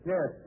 Yes